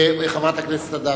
חברת הכנסת אדטו.